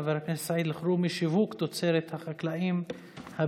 של חבר הכנסת סעיד אלחרומי: שיווק תוצרת החקלאים הבדואים.